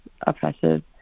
oppressive